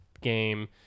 game